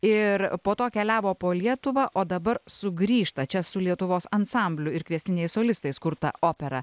ir po to keliavo po lietuvą o dabar sugrįžta čia su lietuvos ansambliu ir kviestiniais solistais kurta opera